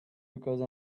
because